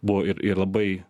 buvo ir ir labai